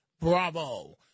bravo